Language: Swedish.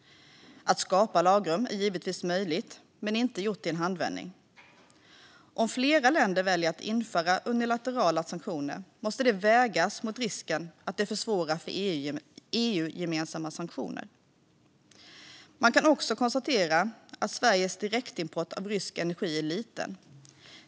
Att skapa lagrum är givetvis möjligt, men det är inte gjort i en handvändning. Om flera länder väljer att införa unilaterala sanktioner måste det vägas mot risken att det försvårar för EU-gemensamma sanktioner. Man kan också konstatera att Sveriges direktimport av rysk energi är liten.